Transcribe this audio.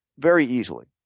very easily.